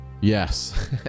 Yes